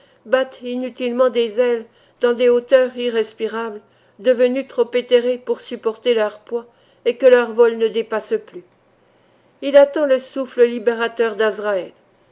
battent inutilement des ailes dans des hauteurs irrespirables devenues trop éthérées pour supporter leur poids et que leur vol ne dépasse plus il attend le souffle libérateur d'azraël